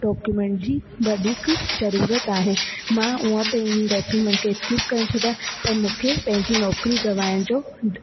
document जी वधीक ज़रूरत आहे मां उहा त इन डॉक्यूमेंट खे स्किप करे छॾिया पर मूंखे पंहिंजी नौकरी गवाइण जो